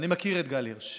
אני מכיר את גל הירש.